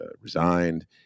resigned